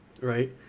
Right